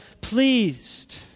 pleased